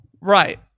Right